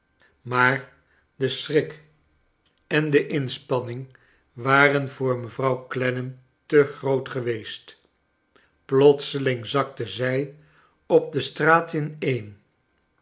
maar de schrik en de inspanning waren voor mevrouw clennam te groot geweest plotseling zakte zij op de straat ineen